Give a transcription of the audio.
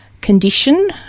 condition